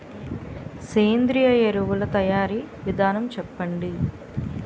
సేంద్రీయ ఎరువుల తయారీ విధానం చెప్పండి?